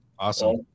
Awesome